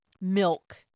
milk